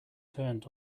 turned